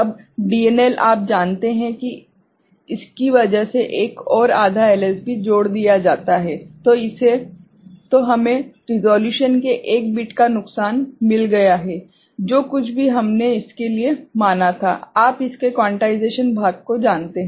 अब DNL आप जानते हैं कि इसकी वजह से एक और आधा LSB जोड़ दिया जाता है तो हमें रिसोल्यूशन के एक बिट का नुकसान मिल गया है जो कुछ भी हमने इसके लिए माना था आप उसके क्वांटाइजेशन भाग को जानते हैं